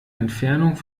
entfernung